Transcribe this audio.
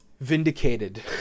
vindicated